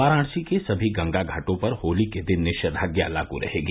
वाराणसी के सभी गंगा घाटों पर होली के दिन निषेधाज्ञा लागू रहेगी